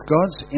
God's